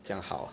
这样好啊